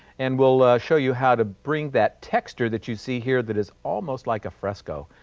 and we'll show you how to bring that texture that you see here that is almost like a fresco